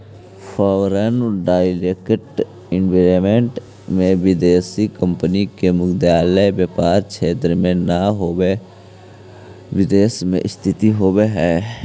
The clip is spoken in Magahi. फॉरेन डायरेक्ट इन्वेस्टमेंट में विदेशी कंपनी के मुख्यालय व्यापार क्षेत्र में न होके विदेश में स्थित होवऽ हई